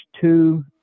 two